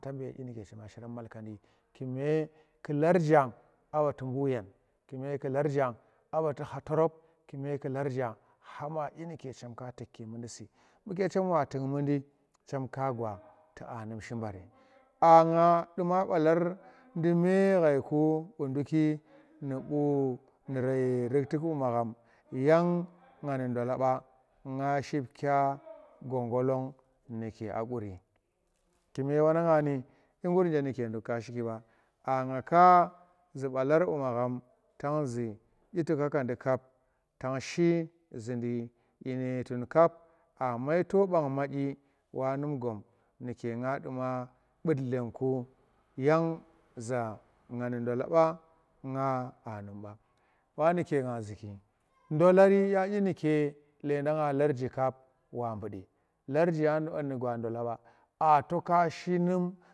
Dyi nuke chema shiran malkandi kume ku larja aba tu bu yen kume ku larji aba tu kha tarop kume ku larja khama dyi nuke chemka tukki mundi si buke chemwa tuk numdi chem ka gwa tu anum shi bari a nga duma balar nu me ghar bu nduki nu bu ruktiku bu magham yang nga ndola ba nga shipkya gogo long nuke a quri kume wanang ni dyi gur nje nuke nduk ka shik ba nga zu balar bu magham tang zu dyi inye tukadi kap tanshi zundi dyine tun kap a maito bang madiyi wa num gom nuke nga duma but klenku yang za nga nu ndola ba nga a num ba wa nuke ngaa zuki ndolar kya dyi nuke leenda nga larji kap wa mbudi larji nu gwa ndola mb a toka shi num.